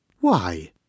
Why